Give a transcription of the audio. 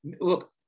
Look